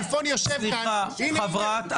כלפון יושב כאן --- חברים,